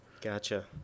gotcha